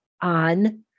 on